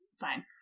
fine